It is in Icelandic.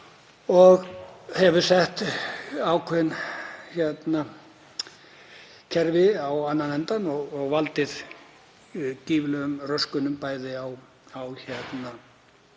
og sett ákveðin kerfi á annan endann og valdið gífurlegum röskunum bæði á flugi